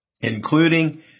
including